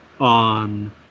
on